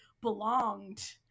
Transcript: belonged